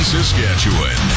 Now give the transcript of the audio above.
Saskatchewan